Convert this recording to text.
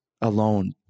alone